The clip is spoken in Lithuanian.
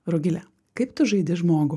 rugile kaip tu žaidi žmogų